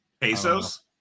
Pesos